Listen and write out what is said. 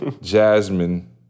Jasmine